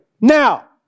now